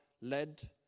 led